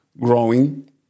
growing